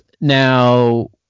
Now